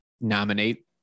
nominate